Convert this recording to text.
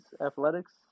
athletics